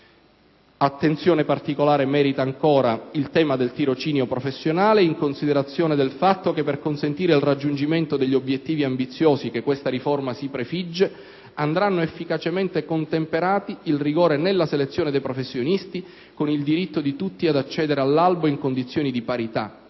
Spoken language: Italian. Attenzione particolare merita ancora il tema del tirocinio professionale in considerazione del fatto che per consentire il raggiungimento degli obiettivi ambiziosi che questa riforma si prefigge andranno efficacemente contemperati il rigore nella selezione dei professionisti con il diritto di tutti ad accedere all'albo in condizioni di parità.